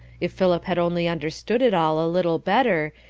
if philip had only understood it all a little better,